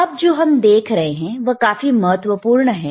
अब जो हम देख रहे हैं वह काफी महत्वपूर्ण है